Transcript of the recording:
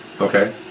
Okay